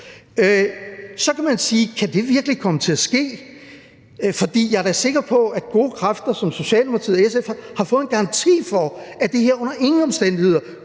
Så kan man sige, at kan det virkelig komme til at ske, for jeg er da sikker på, at gode kræfter som Socialdemokratiet og SF har fået en garanti for, at det her under ingen omstændigheder